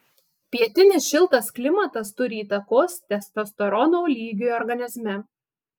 pietinis šiltas klimatas turi įtakos testosterono lygiui organizme